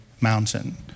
mountain